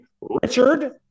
richard